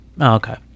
Okay